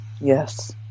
Yes